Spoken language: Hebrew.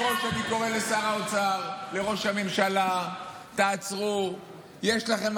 שער הדולר לא יחזור ברגע שימצאו: אוקיי, יש פשרה.